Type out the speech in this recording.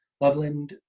loveland